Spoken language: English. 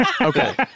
Okay